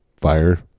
fire